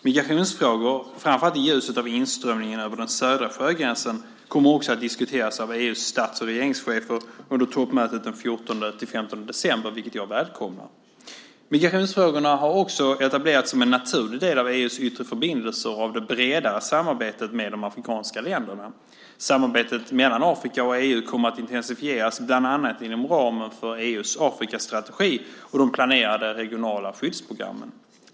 Migrationsfrågor, framför allt i ljuset av inströmningen över den södra sjögränsen, kommer också att diskuteras av EU:s stats och regeringschefer under toppmötet den 14-15 december, vilket jag välkomnar. Migrationsfrågorna har också etablerats som en naturlig del av EU:s yttre förbindelser och av det bredare samarbetet med de afrikanska länderna. Samarbetet mellan Afrika och EU kommer att intensifieras bland annat inom ramen för EU:s Afrikastrategi och de planerade regionala skyddsprogrammen.